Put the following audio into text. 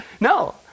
No